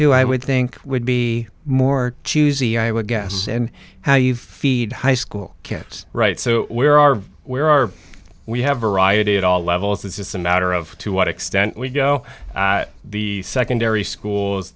who i would think would be more choosy i would guess and how you feed high school kids right so where are where are we have variety at all levels is just a matter of to what extent we go the secondary schools